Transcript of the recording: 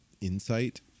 insight